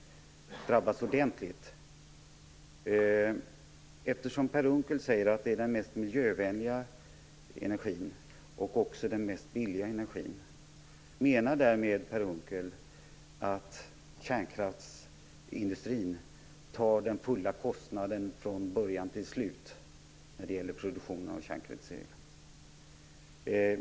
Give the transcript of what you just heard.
Eftersom Per Unckel säger att det är den mest miljövänliga och billigaste energin, menar han därmed att kärnkraftsindustrin tar den fulla kostnaden från början till slut när det gäller produktion av kärnkraftsel?